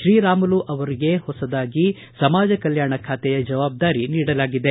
ಶ್ರೀರಾಮುಲು ಅವರಿಗೆ ಹೊಸದಾಗಿ ಸಮಾಜ ಕಲ್ಯಾಣ ಖಾತೆಯ ಜವಾಬ್ದಾರಿ ನೀಡಲಾಗಿದೆ